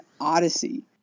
Odyssey